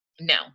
no